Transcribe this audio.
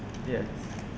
yes